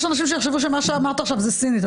יש אנשים שיחשבו שמה שאמרת עכשיו זה סינית.